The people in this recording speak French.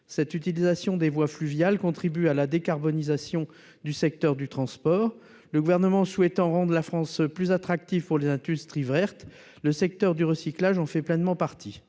telle utilisation des voies fluviales contribue à la décarbonation du secteur du transport. Le Gouvernement souhaite rendre la France plus attractive pour les industries vertes, et le secteur du recyclage en fait pleinement partie.